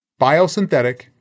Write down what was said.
biosynthetic